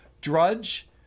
Drudge